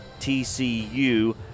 TCU